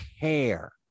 care